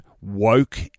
woke